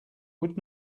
would